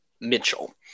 Mitchell